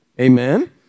Amen